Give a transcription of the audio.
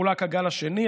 חולק הגל השני,